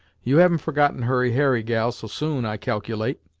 you haven't forgotten hurry harry, gal, so soon, i calculate?